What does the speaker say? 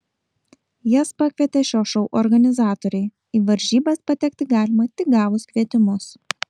jas pakvietė šio šou organizatoriai į varžybas patekti galima tik gavus kvietimus